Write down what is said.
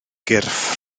gyrff